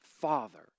father